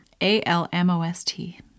A-L-M-O-S-T